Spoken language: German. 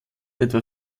etwa